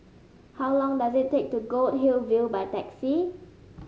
how long does it take to go to Goldhill View by taxi